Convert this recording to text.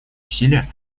усилия